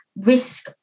risk